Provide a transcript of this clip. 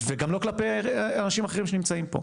וגם לא כלפי אנשים אחרים שנמצאים פה.